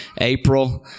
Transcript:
April